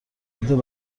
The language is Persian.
یاد